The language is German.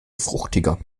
fruchtiger